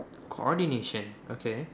coordination okay